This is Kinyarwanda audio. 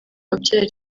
wabyariye